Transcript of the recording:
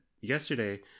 yesterday